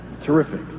Terrific